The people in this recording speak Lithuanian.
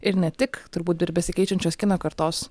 ir ne tik turbūt ir besikeičiančios kino kartos